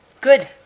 Good